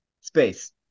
space